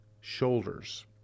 shoulders